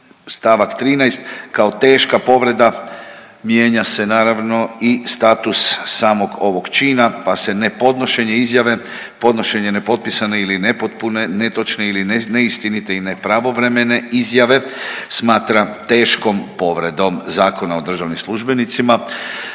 st. 13. kao teška povreda mijenja se naravno i status samog ovog čina pa se nepodnošenje izjave, podnošenje nepotpisane ili nepotpune, netočne ili neistinite i nepravovremene izjave, smatra teškom povredom Zakona o državnim službenicima.